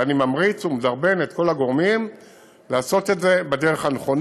ואני ממריץ ומדרבן את כל הגורמים לעשות את זה בדרך הנכונה.